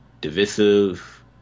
divisive